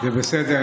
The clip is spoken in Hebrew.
זה בסדר.